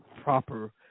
proper